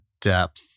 depth